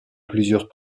plusieurs